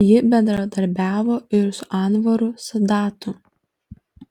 ji bendradarbiavo ir su anvaru sadatu